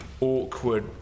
awkward